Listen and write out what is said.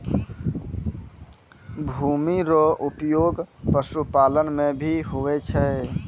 भूमि रो उपयोग पशुपालन मे भी हुवै छै